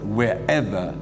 wherever